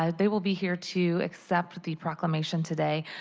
um they will be here to accept the proclamation today.